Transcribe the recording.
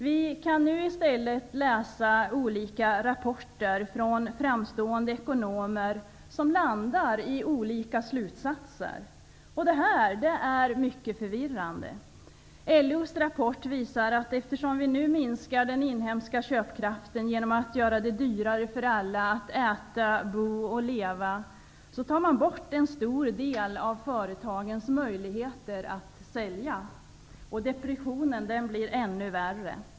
Vi kan nu i stället läsa olika rapporter från framstående ekonomer som drar olika slutsatser, och det är mycket förvirrande. LO:s rapport visar att eftersom man nu minskar den inhemska köpkraften genom att göra det dyrare för alla att äta, bo och leva så tar man bort en stor del av företagens möjligheter att sälja. Och depressionen blir ännu värre.